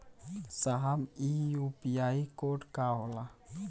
साहब इ UPI code का होला?